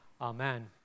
Amen